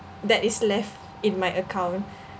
that is left in my account